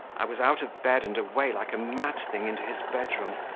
i was out of bed and away like a mad thing into his bedroom.